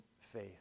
faith